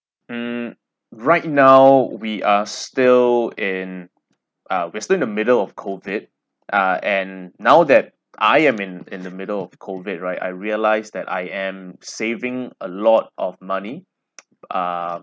mm right now we are still in uh we're still in the middle of COVID uh and now that I am in in the middle of COVID right I realise that I am saving a lot of money ah